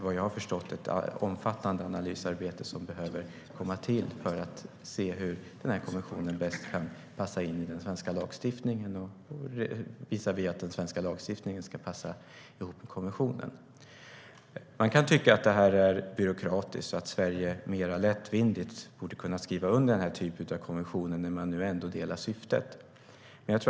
Vad jag förstår behövs ett omfattande analysarbete för att kunna se hur konventionen bäst kan passa in i den svenska lagstiftningen och hur vår lagstiftning kan passa ihop med konventionen. Man kan tycka att detta är byråkratiskt och att Sverige borde kunna skriva under den här typen av konventioner mer lättvindigt när man nu ändå delar synen på syftet.